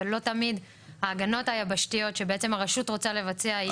ולא תמיד ההגנות היבשתיות שבעצם הרשות רוצה לבצע היא